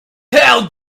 how